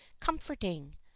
comforting